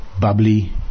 bubbly